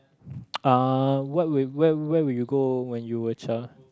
uh what will where where will you go when you were a child